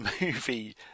movie